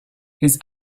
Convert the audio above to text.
his